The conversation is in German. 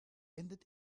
endet